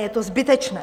Je to zbytečné.